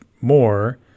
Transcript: more